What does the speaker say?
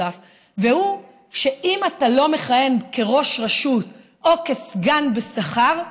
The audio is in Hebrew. והוא שאם אתה לא מכהן כראש רשות או כסגן בשכר,